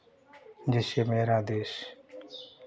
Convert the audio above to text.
जिससे मेरा देश